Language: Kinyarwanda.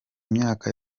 myaka